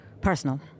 personal